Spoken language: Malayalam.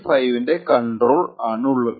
5 ൻറെ കണ്ട്രോൾ ആണുള്ളത്